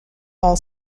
all